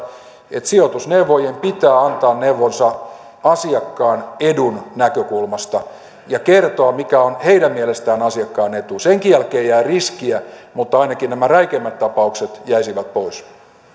että sijoitusneuvojien pitää antaa neuvonsa asiakkaan edun näkökulmasta ja kertoa mikä on heidän mielestään asiakkaan etu senkin jälkeen jää riskiä mutta ainakin nämä räikeimmät tapaukset jäisivät pois